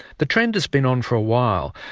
the trend has been on for a while,